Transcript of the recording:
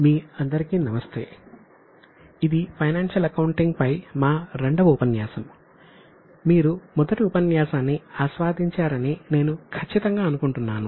మీ అందరికీ నమస్తే ఇది ఫైనాన్షియల్ అకౌంటింగ్ పై మన రెండవ ఉపన్యాసం మీరు మొదటి ఉపన్యాసాన్ని ఆస్వాదించారని నేను ఖచ్చితంగా అనుకుంటున్నాను